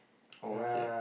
oh okay